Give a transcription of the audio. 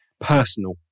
personal